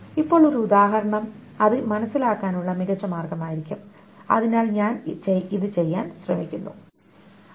ഇപ്പോൾ ഒരു ഉദാഹരണം അത് മനസ്സിലാക്കാനുള്ള മികച്ച മാർഗമായിരിക്കും അതിനാൽ ഞാൻ ചെയ്യാൻ ശ്രമിക്കുന്നത് ഇതാണ്